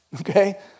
Okay